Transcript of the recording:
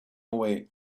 way